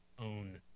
own